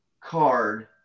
card